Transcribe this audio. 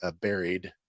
buried